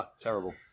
Terrible